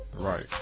Right